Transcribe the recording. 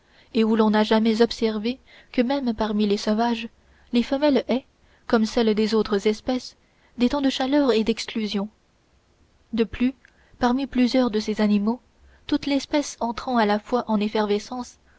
et où l'on n'a jamais observé que même parmi les sauvages les femelles aient comme celles des autres espèces des temps de chaleur et d'exclusion de plus parmi plusieurs de ces animaux toute l'espèce entrant à la fois en effervescence